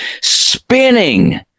spinning